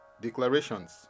Declarations